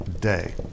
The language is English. day